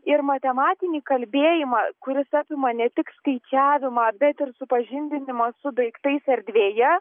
ir matematinį kalbėjimą kuris apima ne tik skaičiavimą bet ir supažindinimą su daiktais erdvėje